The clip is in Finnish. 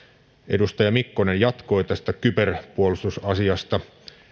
edustaja mikkonen jatkoi tästä kyberpuolustusasiasta